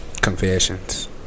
confessions